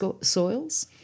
soils